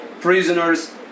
prisoners